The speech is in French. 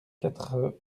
quatre